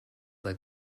like